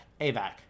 AVAC